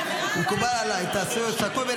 עצמית), התשפ"ד 2024, לא נתקבלה.